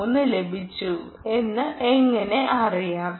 3 ലഭിച്ചു എന്ന് എങ്ങനെ അറിയാം